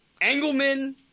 Engelman